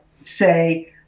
say